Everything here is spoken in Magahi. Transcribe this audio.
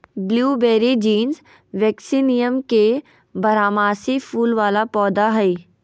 ब्लूबेरी जीनस वेक्सीनियम के बारहमासी फूल वला पौधा हइ